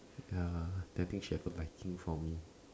ya then think she have a liking for me